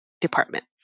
department